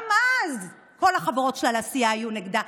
גם אז כל החברות שלה לסיעה היו נגדה.